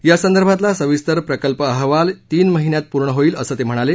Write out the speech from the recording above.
यासंदर्भातला सविस्तर प्रकल्प अहवाल तीन महिन्यात पूर्ण होईल असं ते म्हणाले